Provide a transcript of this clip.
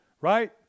right